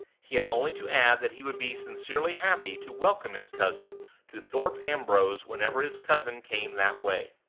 he had only to add that he would be sincerely happy to welcome his cousin to thorpe ambrose whenever his cousin came that way.